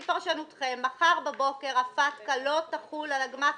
האם לפי פרשנותכם מחר בבוקר הפטקא לא תחול על הגמח"ים?